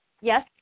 Yes